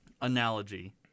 analogy